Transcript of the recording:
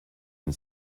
and